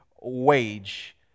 wage